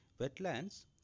wetlands